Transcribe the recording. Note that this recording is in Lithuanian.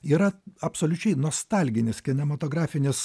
yra absoliučiai nostalginis kinematografinis